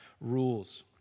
rules